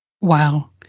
Wow